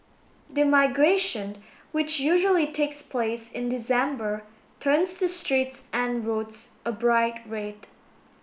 the migration which usually takes place in December turns the streets and roads a bright red